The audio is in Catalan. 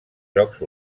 jocs